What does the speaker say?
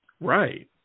right